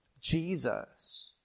Jesus